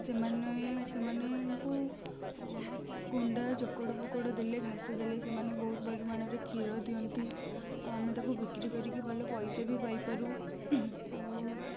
ସେମାନେ ସେମାନଙ୍କୁ କୁଣ୍ଡା ଚୋକଡ଼ ଫୋକଡ଼ ଦେଲେ ଘାସ ଦେଲେ ସେମାନେ ବହୁତ ପରିମାଣରେ କ୍ଷୀର ଦିଅନ୍ତି ଆଉ ଆମେ ତାକୁ ବିକ୍ରି କରିକି ଭଲ ପଇସା ବି ପାଇପାରୁ ଆଉ